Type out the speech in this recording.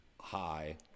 high